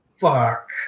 Fuck